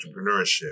entrepreneurship